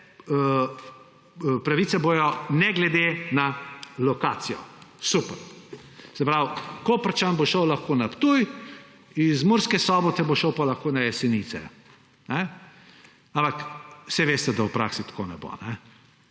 pravice bodo ne glede na lokacijo. Super. Se pravi, Koprčan bo šel lahko na Ptuj, iz Murske Sobote pa bo lahko šel na Jesenice. Ampak saj veste, da v praksi tako ne bo.